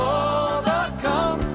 overcome